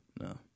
no